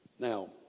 Now